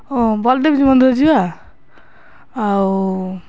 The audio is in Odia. ହଉ ବଲଦେବୀ ମନ୍ଦିର ଯିବା ଆଉ